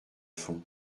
fond